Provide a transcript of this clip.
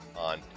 on